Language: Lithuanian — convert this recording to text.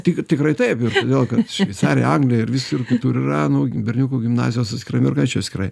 tik tikrai taip todėl kad šveicarija anglija ir visur kitur yra nu berniukų gimnazijos atskirai mergaičių atskirai